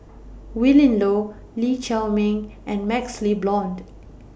Willin Low Lee Chiaw Meng and MaxLe Blond